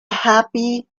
happy